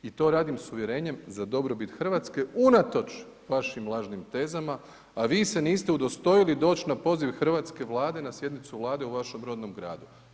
I to radim s uvjerenjem za dobrobit Hrvatske unatoč vašim lažnim tezama a vi se niste udostojili doći na poziv hrvatske Vlade, na sjednicu Vlade u vašem rodnom gradu.